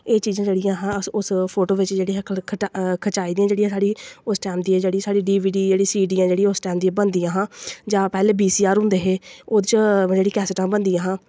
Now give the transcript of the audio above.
एह् चीज़ां अस जेह्कियां उस फोटो बिच्च खचाई दियां जेह्ड़ियां साढ़ियां उस टैम दियां डी बी डी जां सी डियां उस टैम दियां बनदियां हां जां पैह्लें बी सी आर होंदे हे ओह्दे च जेह्ड़ी कैस्टां बनदियां हां